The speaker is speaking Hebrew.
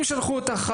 אם שלחו אותך,